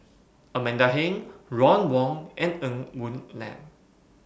Amanda Heng Ron Wong and Ng Woon Lam